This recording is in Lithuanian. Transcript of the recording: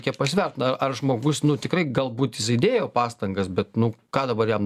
reikia pasvert na ar žmogus nu tikrai galbūt jisai dėjo pastangas bet nu ką dabar jam